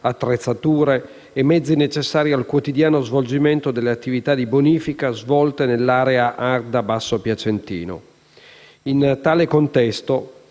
attrezzature e mezzi necessari al quotidiano svolgimento delle attività di bonifica svolte nell'area Arda-Basso-Piacentino. In tale contesto,